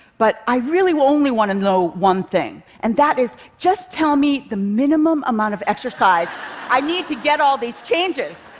but i really will only want to know one thing. and that is, just tell me the minimum amount of exercise i need to get all these changes.